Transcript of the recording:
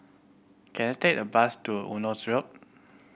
can I take a bus to Eunos Road